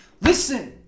Listen